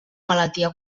malaltia